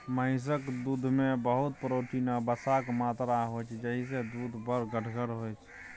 महिषक दुधमे बहुत प्रोटीन आ बसाक मात्रा होइ छै जाहिसँ दुध बड़ गढ़गर होइ छै